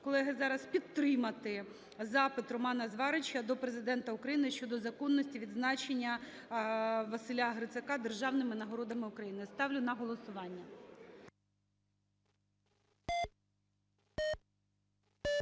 колеги, зараз підтримати запит Романа Зварича до Президента України щодо законності відзначення Василя Грицака державними нагородами України. Ставлю на голосування.